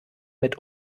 mit